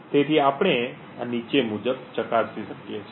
તેથી આપણે આ નીચે મુજબ ચકાસી શકીએ છીએ